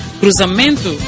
cruzamento